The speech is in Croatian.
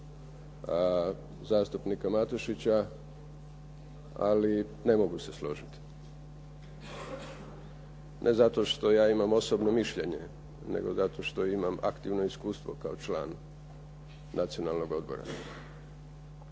zastupnika Matušića, ali ne mogu se složiti. Ne zato što ja imam osobno mišljenje, nego zato što imam aktivno iskustvo kao član Nacionalnog odbora.